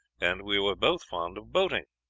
and we were both fond of boating,